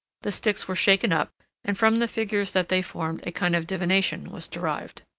the sticks were shaken up, and from the figures that they formed a kind of divination was derived.